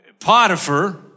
Potiphar